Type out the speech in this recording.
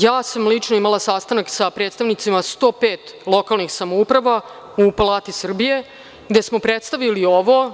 Ja sam lično imala sastanak sa predstavnicima 105 lokalnih samouprava u Palati Srbije gde smo predstavili ovo.